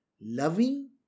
Loving